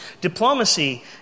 Diplomacy